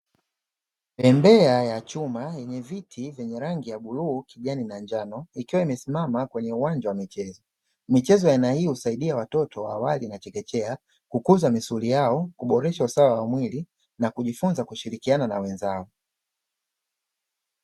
Bembea ya chuma yenye viti vya rangi ya bluu, kijani na njano ikiwa imesimama kwenye uwanja wa michezo, michezo ya aina hii husaidia watoto wa awali na chekechea kukuza misuli yao kuboresha usawa wa mwili na kujifunza kushirikiana na wenzao.